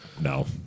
no